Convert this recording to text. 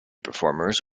performers